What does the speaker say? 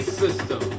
system